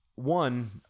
One